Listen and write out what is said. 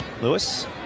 Lewis